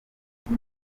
kuri